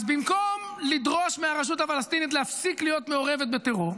אז במקום לדרוש מהרשות הפלסטינית להפסיק להיות מעורבת בטרור,